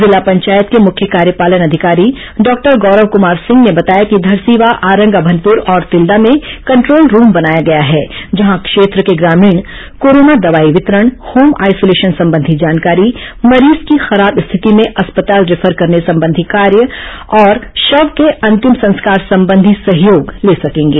जिला पंचायत के मुख्य कार्यपालन अधिकारी डॉक्टर गौरव कमार सिंह ने बताया कि धरसीवां आरंग अभनपुर और तिल्दा में कंटोल रूम बनाया गया है जहां क्षेत्र के ग्रामीण कोरोना दवाई वितरण होम आइसोलेशन संबंधी जानकारी मरीज की खराब स्थिति में अस्पताल रिफर करने संबंधी कार्य और शव के अंतिम संस्कार संबंधी तथा सहयोग ले सकेंगे